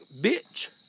bitch